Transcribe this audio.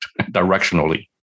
directionally